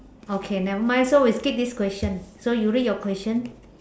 okay never mind so we skip this question so you read your question